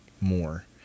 more